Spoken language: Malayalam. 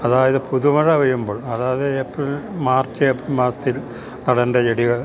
അതായത് പുതുമഴ പെയ്യുമ്പോൾ അതായത് ഏപ്രിൽ മാർച്ച് ഏപ്രിൽ മാസത്തിൽ നടേണ്ട ചെടികൾ